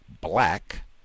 black